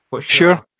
Sure